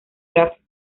gráfico